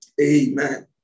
Amen